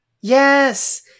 yes